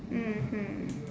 mmhmm